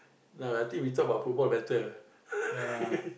no I think we talk about football better